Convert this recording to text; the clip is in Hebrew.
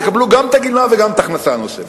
תקבלו גם את הגמלה וגם את ההכנסה הנוספת.